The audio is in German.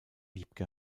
wiebke